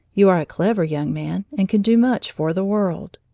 you are a clever young man and can do much for the world!